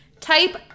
type